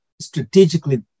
strategically